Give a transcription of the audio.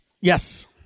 Yes